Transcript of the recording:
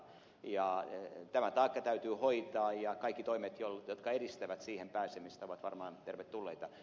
tämä taakka täytyy hoitaa ja kaikki toimet jotka edistävät siihen pääsemistä ovat varmaan tervetulleita